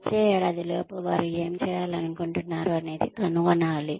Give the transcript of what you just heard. వచ్చే ఏడాదిలోపు వారు ఏమి చేయాలనుకుంటున్నారు అనేది కనుగొనాలి